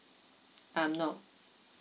um no